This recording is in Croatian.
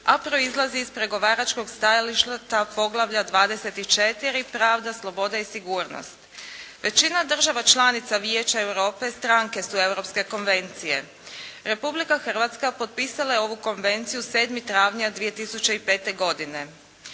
proizlazi iz pregovaračkog stajališta poglavlja 24. pravda, sloboda i sigurnost. Većina država članica Vijeća Europe stranke su Europske konvencije. Republika Hrvatska potpisala je ovu Konvenciju 7. travnja 2005. godine.